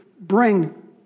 bring